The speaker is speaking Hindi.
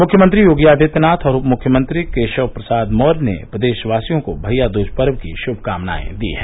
मुख्यमंत्री योगी आदित्यनाथ और उप मुख्यमंत्री केशव प्रसाद मौर्य ने प्रदेशवासियों को भइया दूज पर्व की श्भकामनाएं दी हैं